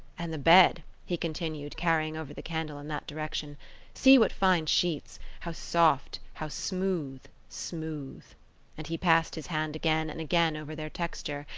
and the bed he continued, carrying over the candle in that direction see what fine sheets how soft how smooth, smooth and he passed his hand again and again over their texture,